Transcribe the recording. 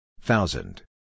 Thousand